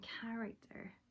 character